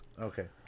Okay